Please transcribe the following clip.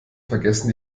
vergessen